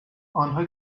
آنها